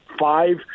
five